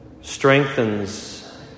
strengthens